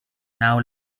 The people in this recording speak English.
now